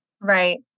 Right